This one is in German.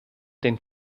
den